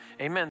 Amen